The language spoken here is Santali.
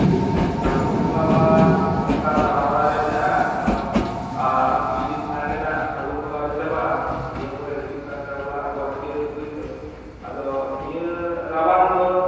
ᱯᱷᱟᱹᱜᱩᱱ ᱵᱚᱸᱜᱟ ᱢᱟ ᱱᱚᱝᱠᱟ ᱛᱟᱞᱟᱢᱟᱞᱟ ᱨᱮ ᱢᱮᱱᱟᱜᱼᱟ ᱱᱚᱜᱼᱚᱭ ᱟᱨ ᱠᱤᱪᱷᱩ ᱫᱤᱱ ᱠᱷᱟᱱ ᱜᱮ ᱱᱟᱦᱟᱜ ᱯᱷᱟᱹᱜᱩᱱ ᱵᱚᱸᱜᱟ ᱫᱚ ᱪᱟᱵᱟᱜᱼᱟ ᱱᱤᱭᱟᱹ ᱯᱚᱨᱮ ᱦᱤᱡᱩᱜ ᱠᱟᱱ ᱛᱟᱵᱚᱱᱟ ᱟᱵᱚᱱᱟᱜ ᱪᱟᱹᱛ ᱵᱟᱹᱭᱥᱟᱹᱠᱷ ᱟᱫᱚ ᱱᱤᱭᱟᱹ ᱨᱚᱵᱚᱝ ᱫᱚ